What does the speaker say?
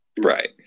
Right